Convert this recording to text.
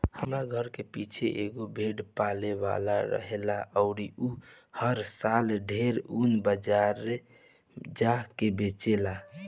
हमरा घर के पीछे एगो भेड़ पाले वाला रहेला अउर उ हर साल ढेरे ऊन बाजारे जा के बेचेला